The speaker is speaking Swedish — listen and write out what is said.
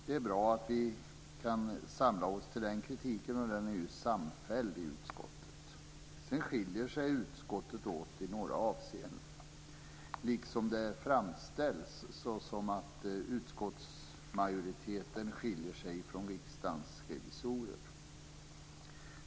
Det är bra att vi kan samla oss till den kritiken. I några avseenden skiljer sig åsikterna i utskottet åt, liksom det framställs att utskottsmajoritetens uppfattning skiljer sig från Riksdagens revisorers.